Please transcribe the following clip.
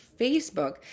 Facebook